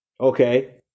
okay